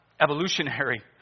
evolutionary